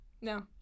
No